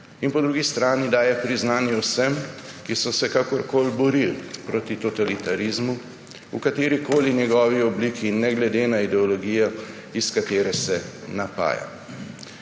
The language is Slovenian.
in po drugi strani daje priznanje vsem, ki so se kakorkoli borili proti totalitarizmu v katerikoli njegovi obliki, ne glede na ideologijo, iz katere se napaja.